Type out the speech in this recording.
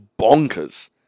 bonkers